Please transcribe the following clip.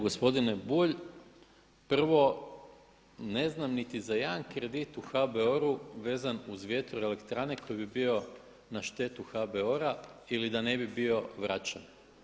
Gospodine Bulj, prvo ne znam niti za jedan kredit u HBOR-u vezan uz vjetroelektrane koji bi bio na štetu HBOR-a ili da ne bi bio vraćan.